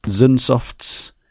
Zunsoft's